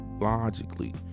logically